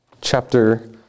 chapter